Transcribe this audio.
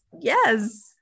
yes